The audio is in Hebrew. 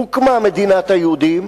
הוקמה מדינת היהודים